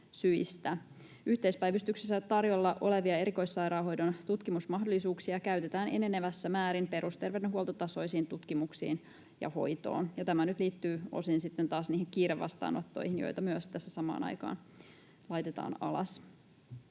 Yhteispäivystyksessä tarjolla olevia erikoissairaanhoidon tutkimusmahdollisuuksia käytetään enenevässä määrin perusterveydenhuoltotasoisiin tutkimuksiin ja hoitoon. Tämä liittyy osin taas niihin kiirevastaanottoihin, joita myös tässä samaan aikaan laitetaan alas.